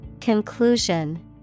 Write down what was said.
Conclusion